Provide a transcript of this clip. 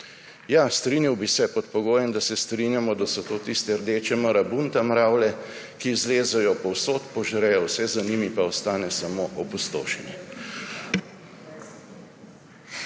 Ja, strinjal bi se pod pogojem, da se strinjamo, da so to tiste rdeče marabunta mravlje, ki zlezejo povsod, požrejo vse, za njimi pa ostane samo opustošenje.